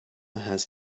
has